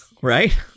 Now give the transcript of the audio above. right